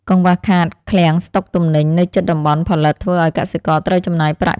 កង្វះខាតឃ្លាំងស្តុកទំនិញនៅជិតតំបន់ផលិតធ្វើឱ្យកសិករត្រូវចំណាយប្រាក់ច្រើនលើការដឹកជញ្ជូនទៅកាន់ឃ្លាំងនៅឆ្ងាយពីកន្លែងដាំដុះ។